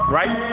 right